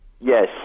Yes